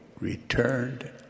returned